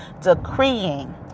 decreeing